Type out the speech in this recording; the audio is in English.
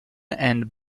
and